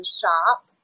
shop